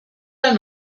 der